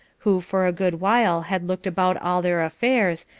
who for a good while had looked about all their affairs,